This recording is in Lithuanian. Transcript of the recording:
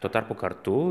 tuo tarpu kartu